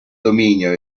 dominio